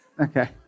Okay